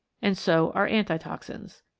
and so are antitoxins.